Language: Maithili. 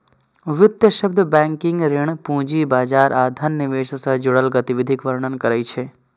वित्त शब्द बैंकिंग, ऋण, पूंजी बाजार, धन आ निवेश सं जुड़ल गतिविधिक वर्णन करै छै